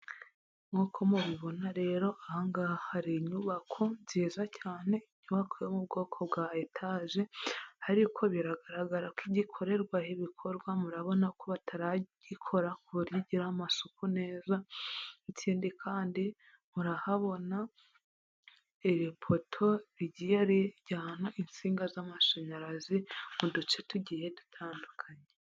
Nk'uko mubibona rero aha ngaha hari inyubako nziza cyane, inyubako yo mu bwoko bwa etaje, ariko biragaragara ko igikorerwa ibikorwa murabona ko batarayikora ku buryo igira amasuku neza, ikindi kandi murahabona iri poto rigiye rijyana insinga z'amashanyarazi mu duce tugiye dutandukanye.